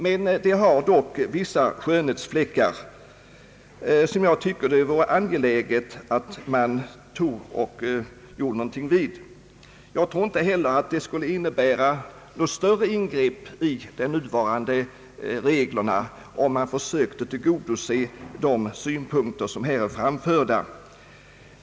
Men det har vissa skönhetsfläckar som det vore angeläget att göra någonting åt. Jag tror inte att det skulle innebära något större ingrepp i de nuvarande reglerna om man försökte tillgodose de synpunkter som framförts här.